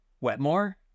Wetmore